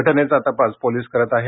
घटनेचा तपास पोलिस करत आहेत